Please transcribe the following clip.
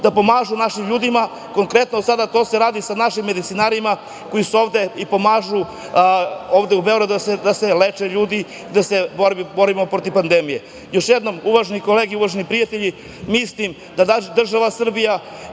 da pomažu našim ljudima. Konkretno sada se radi o našim medicinarima koji su ovde i pomažu u Beogradu da se leče ljudi i da se borimo protiv pandemije. Još jednom uvažene kolege i prijatelji, mislim da država Srbija